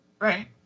Right